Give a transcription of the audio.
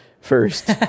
first